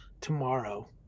tomorrow